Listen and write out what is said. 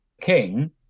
king